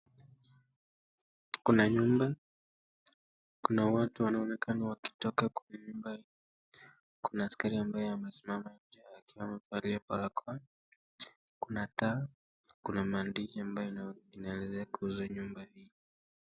Kuna nyumba, kuna watu wanaonekana wakitoka kwenye nyumba hii. Kuna askari ambaye amesimama njee akiwa amevalia barakoa, kuna taa, kuna maandishi ambayo inaelezea kuhusu nyumba hii.